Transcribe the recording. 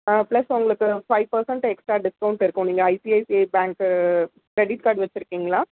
plus உங்களுக்கு five percent extra discount இருக்கும் நீங்கள் ஐசிஐசிஐ பேங்க்கு க்ரெடிட் கார்டு வச்சிருக்கீங்களா